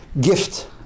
gift